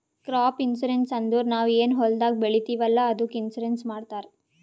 crop insurance ಅಂದುರ್ ನಾವ್ ಏನ್ ಹೊಲ್ದಾಗ್ ಬೆಳಿತೀವಿ ಅಲ್ಲಾ ಅದ್ದುಕ್ ಇನ್ಸೂರೆನ್ಸ್ ಮಾಡ್ತಾರ್